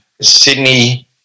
Sydney